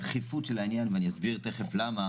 הדחיפות של העניין ואני אסביר למה,